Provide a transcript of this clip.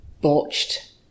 botched